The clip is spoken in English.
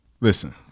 Listen